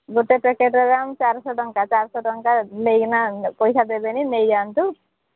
ଗୋଟେ ପ୍ୟାକେଟ୍ର ଦାମ୍ ଚାରିଶହ ଟଙ୍କା ଚାରିଶହ ଟଙ୍କା ନେଇ କିନା ପଇସା ଦେବେନି ନେଇ ଯାଆନ୍ତୁ